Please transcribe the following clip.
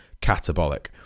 catabolic